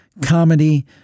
comedy